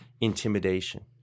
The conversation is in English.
intimidation